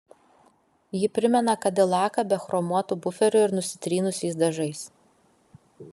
ji primena kadilaką be chromuotų buferių ir nusitrynusiais dažais